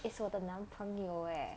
is 我的男朋友 eh